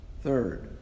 Third